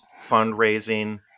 fundraising